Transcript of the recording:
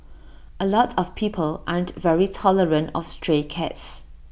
A lot of people aren't very tolerant of stray cats